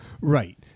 Right